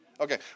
Okay